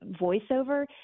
voiceover